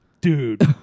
dude